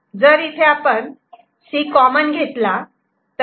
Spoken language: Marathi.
जर इथे आपण C कॉमन घेतला तर Y A